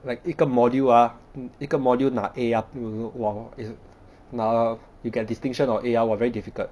like 一个 module ah 一个 module 拿 a ah 比如说拿 you get distinction or a ah !wah! very difficult